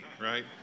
right